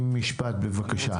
במשפט בבקשה,